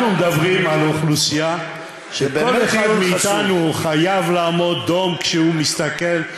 אנחנו מדברים על אוכלוסייה שכל אחד מאתנו חייב לעמוד דום כשהוא מסתכל,